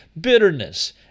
bitterness